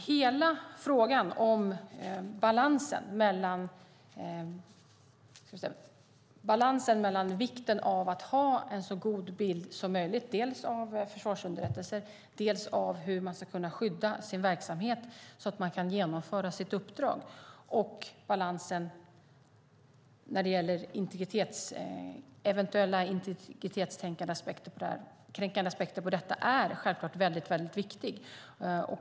Herr talman! Balansen mellan å ena sidan vikten av att ha en så god bild som möjligt av dels försvarsunderrättelser, dels hur man ska kunna skydda sin verksamhet så att man kan genomföra sitt uppdrag och å andra sidan eventuella integritetskränkande aspekter på detta är självklart viktig.